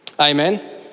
Amen